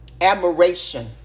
admiration